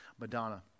Madonna